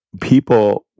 people